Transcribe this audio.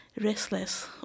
restless